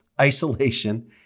isolation